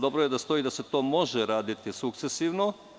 Dobro je da stoji da se to može raditi sukcesivno.